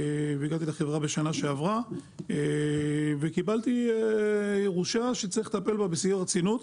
והגעתי לחברה בשנה שעברה וקיבלתי ירושה שצריך לטפל בה בשיא הרצינות.